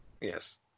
Yes